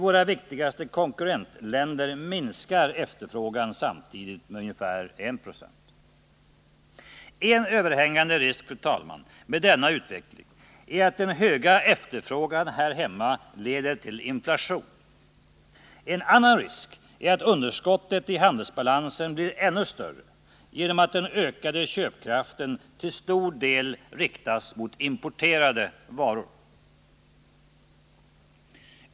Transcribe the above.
I våra viktigaste konkurrentländer minskar efterfrågan samtidigt med ungefär 1 90. En överhängande risk, fru talman, med denna utveckling är att den höga efterfrågan här hemma leder till inflation. En annan risk är att underskottet i handelsbalansen blir ännu större genom att den ökade köpkraften till stor del riktas mot importerade varor.